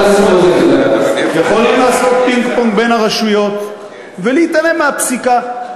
יכולנו לעשות פינג-פונג בין הרשויות ולהתעלם מהפסיקה.